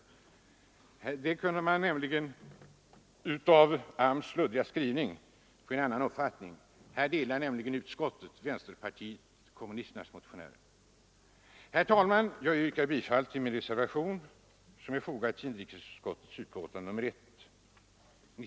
Av AMS:s luddiga skrivning kunde man nämligen få en annan uppfattning om den saken. Men där har utskottet instämt i vänsterpartiet kommunisternas motion. Herr talman! Jag yrkar bifall till min reservation som är fogad till inrikesutskottets betänkande nr 1.